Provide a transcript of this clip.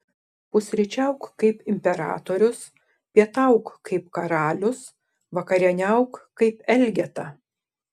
pusryčiauk kaip imperatorius pietauk kaip karalius vakarieniauk kaip elgeta